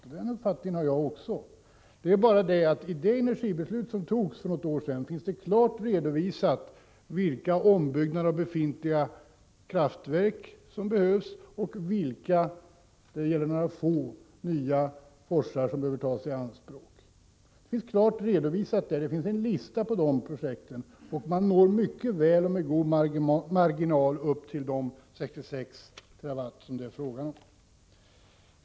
Den uppfattningen har jag också. Men i det energibeslut som fattades för något år sedan finns klart redovisat vilka ombyggnader av befintliga kraftverk som behövs härvidlag och vilka — det gäller ett fåtal — nya forsar som behöver tas i anspråk. Där finns en lista över projekten, och man når med god marginal upp till de 66 TWh som det är fråga om.